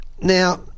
Now